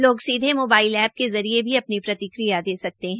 लोग सीधे mobile app के जरिये अपनी प्रतिक्रिया दे सकते है